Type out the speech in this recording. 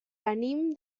venim